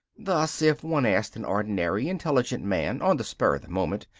thus, if one asked an ordinary intelligent man, on the spur of the moment,